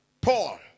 Paul